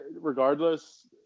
regardless